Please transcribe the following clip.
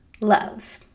love